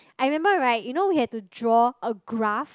I remember right you know we have to draw a graph